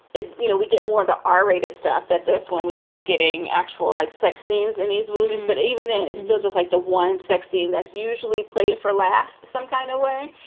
you know we get more of the r rated stuff that that's when we start getting actual, like sex scenes in these movies. but even then, it's still just like the one sex scene that's usually played for laughs some kind of way.